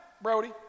Brody